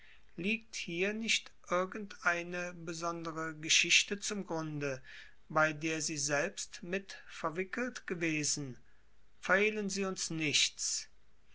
liegt hier nicht irgendeine besondere geschichte zum grunde bei der sie selbst mit verwickelt gewesen verhehlen sie uns nichts